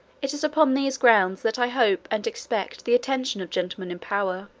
it is upon these grounds that i hope and expect the attention of gentlemen in power.